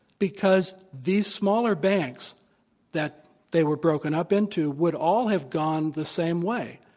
because these smaller banks that they were broken up into would all have gone the same way,